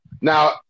Now